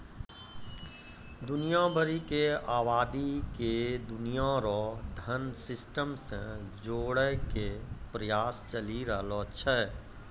दुनिया भरी के आवादी के दुनिया रो धन सिस्टम से जोड़ेकै प्रयास चली रहलो छै